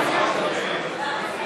שנייה.